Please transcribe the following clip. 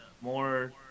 more